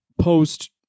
post